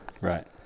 Right